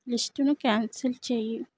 లిస్టును cancel చేయి